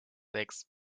sechs